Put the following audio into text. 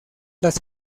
las